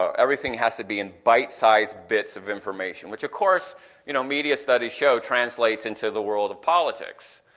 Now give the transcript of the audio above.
ah everything has to be in bite-sized bits of information. which of course you know media studies shows translates into the world of politics.